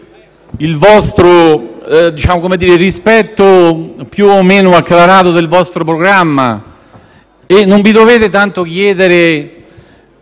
il rispetto più o meno acclarato del vostro programma. Non vi dovete tanto fare